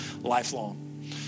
lifelong